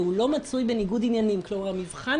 ובמקביל יש לנו גם את העילה,